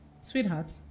sweetheart